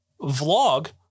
vlog